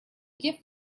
gift